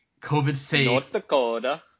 COVID-safe